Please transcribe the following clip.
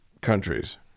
countries